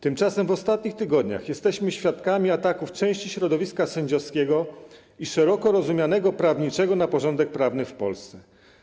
Tymczasem w ostatnich tygodniach jesteśmy świadkami ataków części środowiska sędziowskiego i szeroko rozumianego prawniczego na porządek prawny w Polsce.